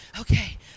okay